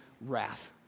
wrath